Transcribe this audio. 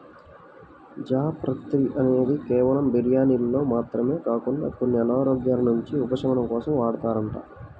జాపత్రి అనేది కేవలం బిర్యానీల్లో మాత్రమే కాకుండా కొన్ని అనారోగ్యాల నుంచి ఉపశమనం కోసం వాడతారంట